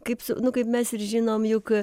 kaip su nu kaip mes ir žinom juk